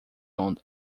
onda